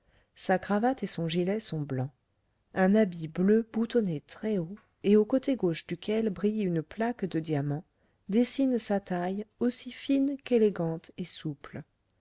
sa cravate et son gilet sont blancs un habit bleu boutonné très-haut et au côté gauche duquel brille une plaque de diamants dessine sa taille aussi fine qu'élégante et souple